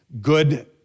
good